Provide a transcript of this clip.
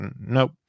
nope